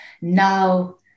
now